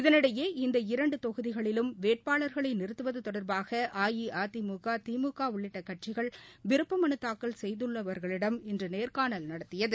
இதனிடையே இந்த இரண்டு தொகுதிகளிலும் வேட்பாளர்களை நிறுத்துவது தொடர்பாக அஇஅதிமுக திமுக உள்ளிட்ட கட்சிகள் விருப்பமனு தாக்கல் செய்துள்ளவர்களிடம் இன்று நேர்காணல் நடத்தியது